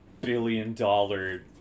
billion-dollar